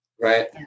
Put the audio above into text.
Right